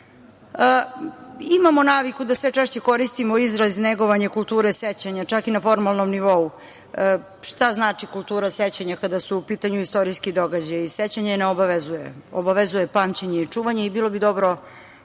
Imamo naviku da sve češće koristimo izraz „negovanje kulture sećanja“, čak i na formalnom nivou. Šta znači „kultura sećanja“ kada su u pitanju istorijski događaji? Sećanje ne obavezuje, obavezuje pamćenje i čuvanje i bilo bi dobro